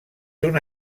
una